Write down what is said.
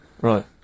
Right